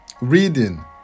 reading